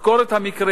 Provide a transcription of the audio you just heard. לחקור את המקרה,